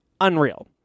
unreal